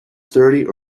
thirty